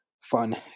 fun